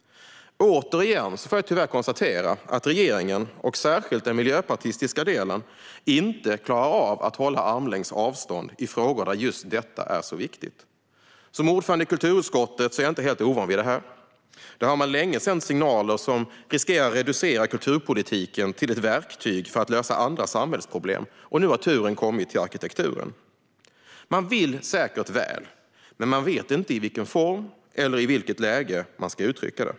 Återigen får jag tyvärr konstatera att regeringen, och särskilt den miljöpartistiska delen, inte klarar av att hålla armlängds avstånd i frågor där just detta är viktigt. Som ordförande i kulturutskottet är jag inte helt ovan vid detta. Där har man länge sänt signaler som riskerar att reducera kulturpolitiken till ett verktyg för att lösa andra samhällsproblem, och nu har turen kommit till arkitekturen. Man vill säkert väl, men man vet inte i vilken form eller vilket läge man ska uttrycka det.